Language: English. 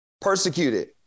persecuted